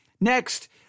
Next